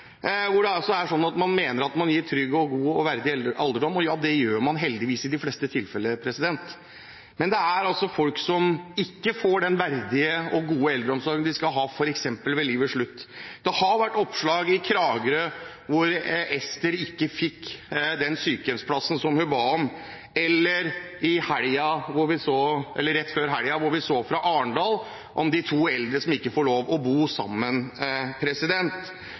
hvor det er sånn at man mener at man gir en trygg, god og verdig alderdom. Og ja, det gjør man heldigvis i de fleste tilfeller. Men det er også folk som ikke får den verdige og gode eldreomsorgen de skal ha, f.eks. ved livets slutt. Det har vært oppslag om Ester i Kragerø, som ikke fikk den sykehjemsplassen hun ba om, og rett før helgen var det en reportasje fra Arendal om to eldre som ikke får lov til å bo sammen.